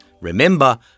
Remember